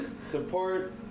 Support